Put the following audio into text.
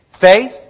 faith